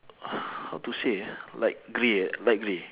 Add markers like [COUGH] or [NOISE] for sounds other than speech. [NOISE] how to say ah light grey ah light grey